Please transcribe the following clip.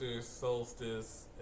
solstice